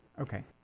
Okay